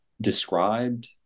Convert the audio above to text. described